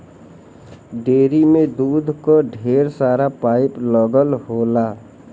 dairy में दूध क ढेर सारा पाइप लगल होला